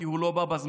כי הוא לא בא בזמן.